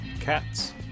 cats